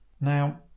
Now